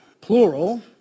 plural